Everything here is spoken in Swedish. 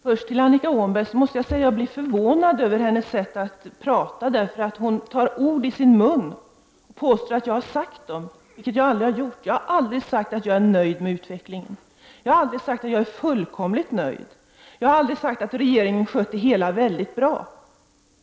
Herr talman! Först måste jag säga att jag blir förvånad över Annika Åhnbergs sätt att prata. Hon lägger ord i min mun som jag aldrig har sagt. Jag har aldrig sagt att jag är nöjd med utvecklingen. Jag har aldrig sagt att jag är fullkomligt nöjd. Jag har aldrig sagt att regeringen skött det hela väldigt bra.